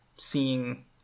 seeing